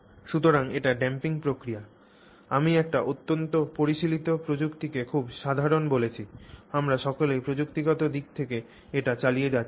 সুতরাং এটি ড্যাম্পিং প্রক্রিয়া আমি একটি অত্যন্ত পরিশীলিত প্রযুক্তিকে খুব সাধারণ বলেছি আমরা সকলেই প্রযুক্তিগত দিক থেকে এটি চালিয়ে যাচ্ছি